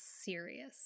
serious